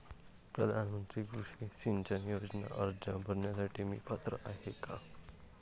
प्रधानमंत्री कृषी सिंचन योजना अर्ज भरण्यासाठी मी पात्र आहे का?